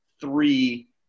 three